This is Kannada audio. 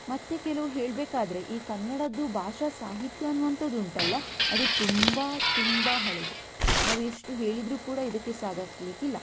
ಮತ್ತು ಕೆಲವು ಹೇಳಬೇಕಾದರೆ ಈ ಕನ್ನಡದ್ದು ಭಾಷಾ ಸಾಹಿತ್ಯ ಅನ್ನುವಂಥದುಂಟಲ್ಲ ಅದು ತುಂಬ ತುಂಬ ಹಳೆಯದು ನಾವು ಎಷ್ಟು ಹೇಳಿದರೂ ಕೂಡ ಇದಕ್ಕೆ ಸಾಕಾಗ್ಲಿಕ್ಕಿಲ್ಲ